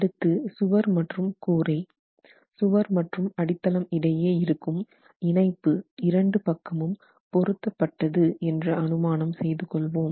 அடுத்து சுவர் மற்றும் கூரை சுவர் மற்றும் அடித்தளம் இடையே இருக்கும் இணைப்பு இரண்டு பக்கமும் பொருத்தப்பட்டது என்று அனுமானம் செய்து கொள்வோம்